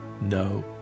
no